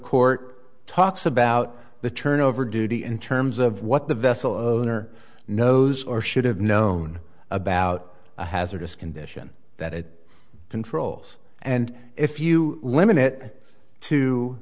court talks about the turnover duty in terms of what the vessel owner knows or should have known about the hazardous condition that it controls and if you limit